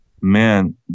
Man